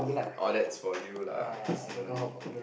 orh that's for you lah personally